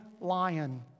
lion